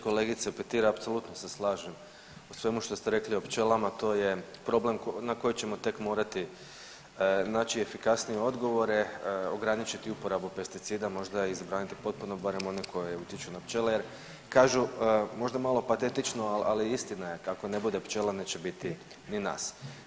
Kolegice Petir apsolutno se slažem u svemu što ste rekli o pčelama to je problem na koji ćemo tek morati naći efikasnije odgovore, ograničiti uporabu pesticida, možda i zabraniti potpuno barem one koji utječu na pčele jer kažu, možda malo patetično ali istina je kako ne bude pčela neće biti ni nas.